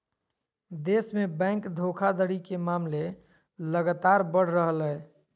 देश में बैंक धोखाधड़ी के मामले लगातार बढ़ रहलय